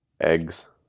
eggs